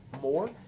more